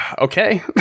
Okay